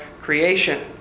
creation